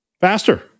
faster